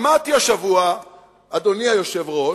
אדוני היושב-ראש,